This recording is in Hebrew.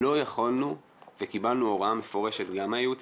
לא יכול וגם קיבלנו הוראה מפורשת גם מהייעוץ